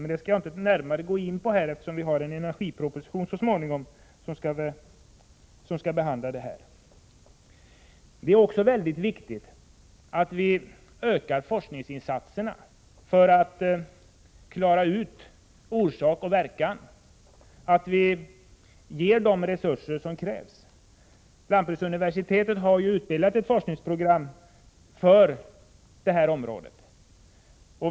Detta skall jag inte gå närmare in på nu, eftersom vi så småningom kommer att få en energiproposition där den här frågan behandlas. Det är också väldigt viktigt att vi ökar forskningsinsatserna för att klara ut orsak och verkan och för att kunna få de resurser som krävs. Lantbruksuniversitetet har utarbetat ett forskningsprogram för detta område.